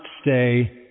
stay